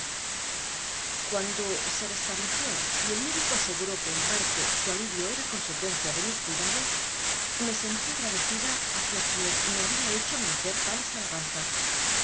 cuando se restableció y el médico aseguró que en parte su alivio era consecuencia de mis cuidados me sentí agradecida hacia quien me había hecho merecer tales alabanzas